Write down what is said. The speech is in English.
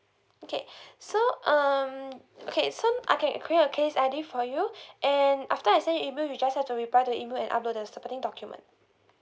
okay so um okay so I can create a case I_D for you and after I send you email you just have to reply to the email and upload the supporting document